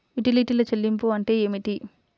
యుటిలిటీల చెల్లింపు అంటే ఏమిటి?